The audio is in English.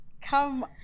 come